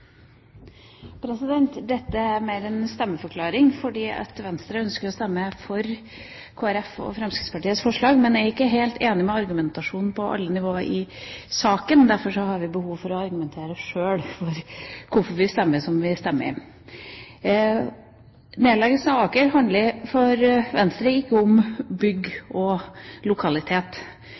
Fremskrittspartiets forslag, men jeg er ikke helt enig i argumentasjonen på alle nivåer i saken. Derfor har vi behov for sjøl å argumentere for hvorfor vi stemmer som vi stemmer. Nedleggelsen av Aker handler for Venstre ikke om bygg og lokalitet.